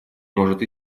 может